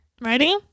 Ready